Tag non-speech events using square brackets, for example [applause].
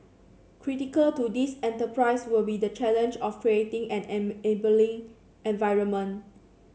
critical to this enterprise will be the challenge of creating an [unintelligible] enabling environment